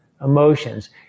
emotions